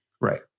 Right